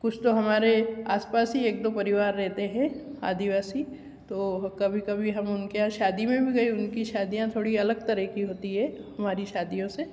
कुछ हमारे आस पास हीं एक दो परिवार रहते हैं आदिवासी तो कभी कभी हम उनके यहाँ शादी में भी गये उनकी शादियाँ थोड़ी अलग तरह की होती हैं हमारी शादियों से